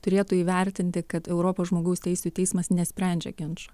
turėtų įvertinti kad europos žmogaus teisių teismas nesprendžia ginčų